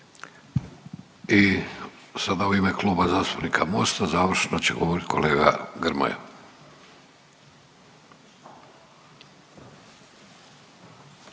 I sada u ime Kluba zastupnika Mosta završno će govorit kolega Grmoja.